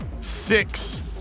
six